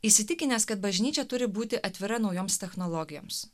įsitikinęs kad bažnyčia turi būti atvira naujoms technologijoms